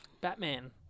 Batman